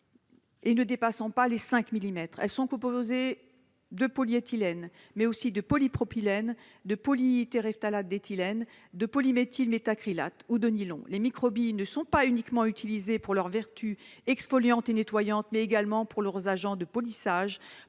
et ne dépasse pas 5 millimètres. Elles sont composées de polyéthylène, mais aussi de polypropylène, de polytéréphtalate d'éthylène, de polyméthylméthacrylate ou de nylon. Les microbilles ne sont pas uniquement utilisées pour leurs vertus exfoliantes et nettoyantes, mais également pour en tant qu'agent de polissage,